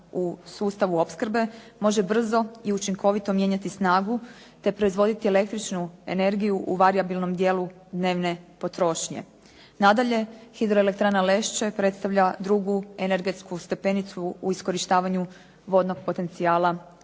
u sustavu opskrbe može brzo i učinkovito mijenjati snagu te proizvoditi električnu energiju u varijabilnom dijelu dnevne potrošnje. Nadalje hidroelektrana Lešće predstavlja drugu energetsku stepenicu u iskorištavanju vodnog potencijala rijeke